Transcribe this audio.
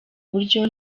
buryo